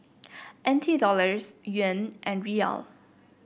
N T Dollars Yuan and Riyal